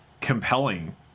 compelling